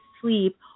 sleep